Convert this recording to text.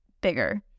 bigger